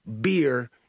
beer